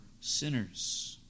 sinners